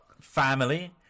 family